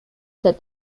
that